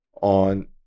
on